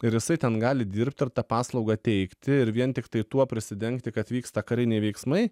ir jisai ten gali dirbt ir tą paslaugą teikti ir vien tiktai tuo prisidengti kad vyksta kariniai veiksmai